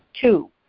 Two